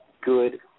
good